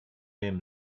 him